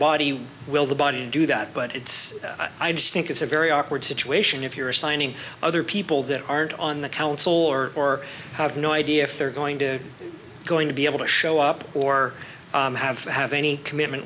body will the body do that but it's i just think it's a very awkward situation if you're assigning other people that aren't on the council or have no idea if they're going to going to be able to show up or have to have any commitment